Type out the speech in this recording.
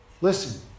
Listen